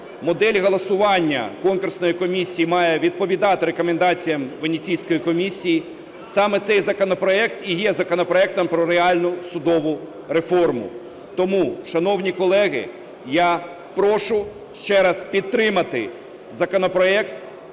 модель голосування конкурсної комісії має відповідати рекомендаціям Венеційської комісії, саме цей законопроект і є законопроектом про реальну судову реформу. Тому, шановні колеги, я прошу ще раз підтримати законопроект,